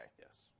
Yes